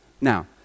Now